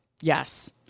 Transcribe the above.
yes